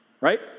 Right